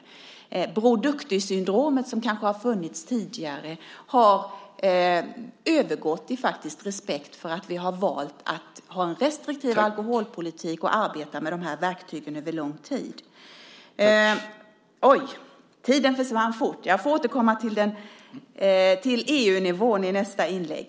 Det Bror Duktig-syndrom som kanske funnits tidigare har övergått i respekt för att vi valt att ha en restriktiv alkoholpolitik och att arbeta med de här verktygen över en lång tid. Talartiden försvann fort. Jag får återkomma till EU-nivån i nästa inlägg.